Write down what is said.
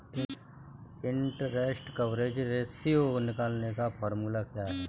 Interest coverage ratio निकालने का formula क्या है?